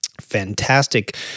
fantastic